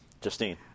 Justine